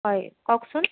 হয় কওঁকচোন